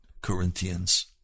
Corinthians